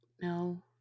No